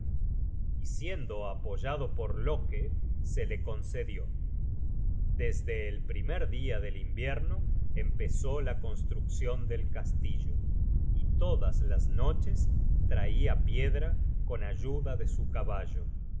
siendo apoyado por loke se le concedió desde el primer dia del invierno empezó la construccion del castillo y todas las noches traia piedra con ayuda de su caballo